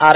R